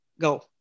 go